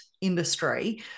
industry